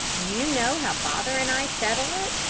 do you know how father and i settle it?